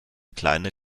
kleine